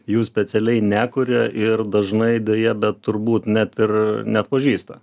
jų specialiai nekuria ir dažnai deja bet turbūt net ir neatpažįsta